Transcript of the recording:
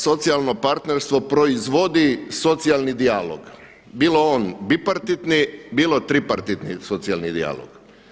A socijalno partnerstvo proizvodi socijalni dijalog bio on bipartitni, bilo tripartitni socijalni dijalog.